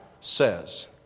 says